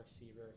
receiver